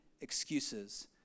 excuses